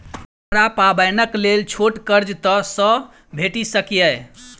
हमरा पाबैनक लेल छोट कर्ज कतऽ सँ भेटि सकैये?